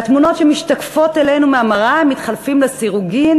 והתמונות שמשתקפות אלינו מהמראה מתחלפות לסירוגין,